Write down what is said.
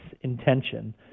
intention